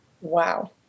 Wow